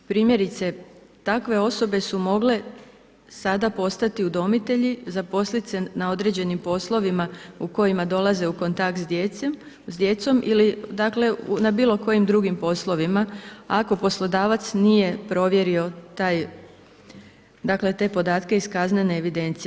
Primjerice takve osobe su mogle sada postati udomitelji, zaposlit se na određenim poslovima u kojima dolaze u kontakt s djecom ili na bilo kojim drugim poslovima ako poslodavac nije provjerio te podatke iz kaznene evidencije.